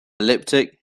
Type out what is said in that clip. elliptic